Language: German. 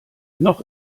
noch